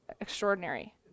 extraordinary